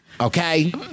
okay